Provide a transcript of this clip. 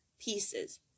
pieces